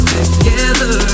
Together